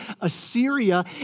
Assyria